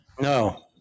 No